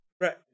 Right